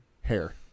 Hair